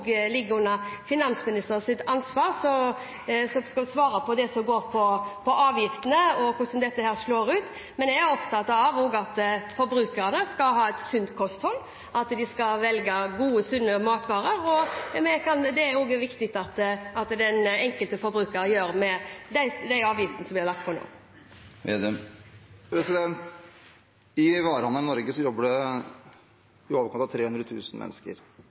hvordan dette slår ut. Jeg er også opptatt av at forbrukerne skal ha et sunt kosthold, at de skal velge gode, sunne matvarer. Det er det også viktig at den enkelte forbruker gjør, med de avgiftene som blir lagt på nå. I varehandelen i Norge jobber det i overkant av 300 000 mennesker.